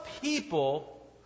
people